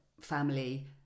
family